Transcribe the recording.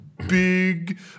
Big